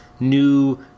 new